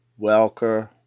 Welker